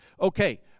okay